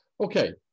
Okay